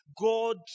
God